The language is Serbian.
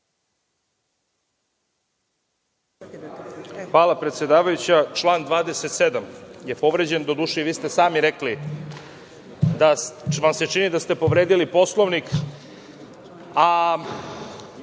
Hvala, predsedavajuća. Član 27. je povređen. Doduše, i vi ste sami rekli da vam se čini da ste povredili Poslovnik,